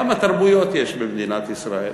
כמה תרבויות יש במדינת ישראל?